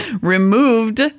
removed